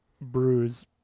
bruise